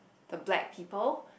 the black people